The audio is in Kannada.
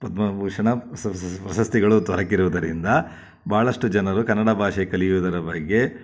ಪದ್ಮ ವಿಭೂಷಣ ಪ್ರಶಸ್ತಿ ಪ್ರಶಸ್ತಿಗಳು ದೊರಕಿರುವುದರಿಂದ ಭಾಳಷ್ಟು ಜನರು ಕನ್ನಡ ಭಾಷೆ ಕಲಿಯುವುದರ ಬಗ್ಗೆ